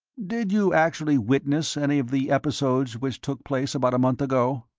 did you actually witness any of the episodes which took place about a month ago?